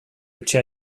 etxe